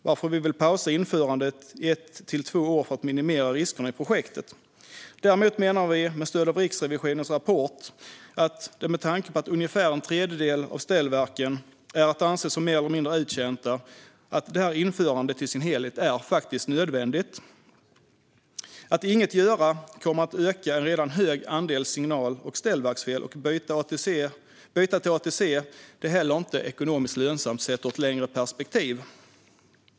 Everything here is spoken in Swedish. Därför vill vi pausa införandet i ett till två år, för att minimera riskerna i projektet. Med tanke på att ungefär en tredjedel av ställverken kan anses mer eller mindre uttjänta menar vi, med stöd av Riksrevisionens rapport, att införandet i sin helhet är nödvändigt. Att inget göra kommer att öka andelen signal och ställverksfel. Att byta till ATC är inte heller ekonomiskt lönsamt, sett ur ett längre perspektiv.